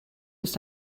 ist